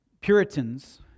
Puritans